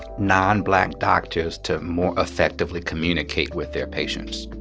nonblack doctors to more effectively communicate with their patients